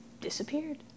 disappeared